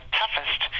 toughest